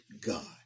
God